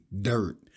dirt